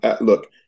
look